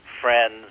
friends